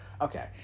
Okay